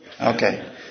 Okay